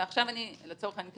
ולצורך העניין,